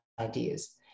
ideas